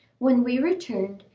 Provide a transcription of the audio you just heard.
when we returned,